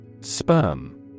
Sperm